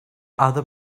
other